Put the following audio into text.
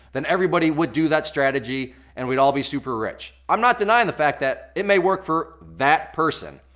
then everybody would do that strategy and we'd all be super-rich. i'm not denying the fact that it may work for that person,